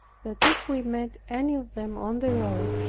that, if we met any of them on the road,